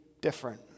different